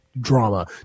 drama